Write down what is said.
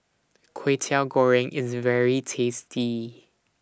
Kway Teow Goreng IS very tasty